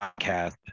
podcast